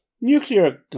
nuclear